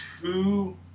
two